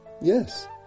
Yes